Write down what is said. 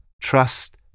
Trust